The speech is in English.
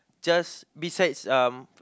just besides um